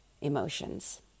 emotions